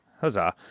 huzzah